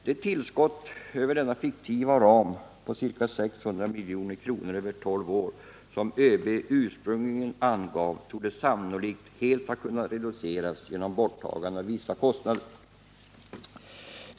Det tillskott över denna fiktiva ram på ca 600 milj.kr. över tolv år som ÖB ursprungligen angav torde sannolikt helt ha kunnat reduceras genom borttagandet av vissa kostnader.